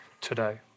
today